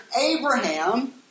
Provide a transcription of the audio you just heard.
Abraham